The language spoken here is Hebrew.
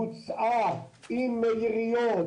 בוצעה עם העיריות,